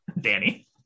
Danny